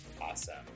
awesome